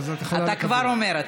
אתה כבר אומר.